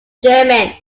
german